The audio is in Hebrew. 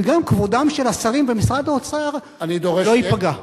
וגם כבודם של השרים במשרד האוצר לא ייפגע.